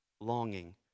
longing